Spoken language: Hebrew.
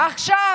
עכשיו